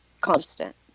constant